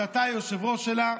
שאתה היושב-ראש שלה,